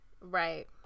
Right